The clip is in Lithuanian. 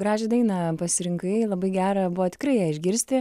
gražią dainą pasirinkai labai gera buvo tikrai ją išgirsti